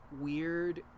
weird